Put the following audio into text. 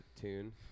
tune